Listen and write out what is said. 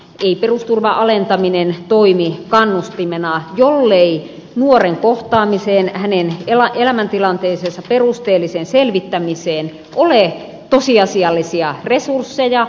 ei perusturvan alentaminen toimi kannustimena jollei nuoren kohtaamiseen hänen elämäntilanteensa perusteelliseen selvittämiseen ole tosiasiallisia resursseja